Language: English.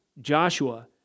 Joshua